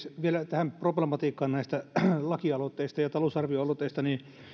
tähän problematiikkaan näistä lakialoitteista ja talousarvioaloitteista